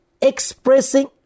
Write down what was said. expressing